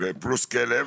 פלוס כלב.